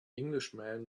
englishman